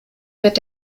wird